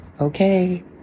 Okay